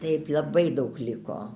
taip labai daug liko